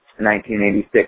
1986